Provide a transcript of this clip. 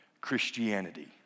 Christianity